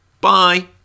Bye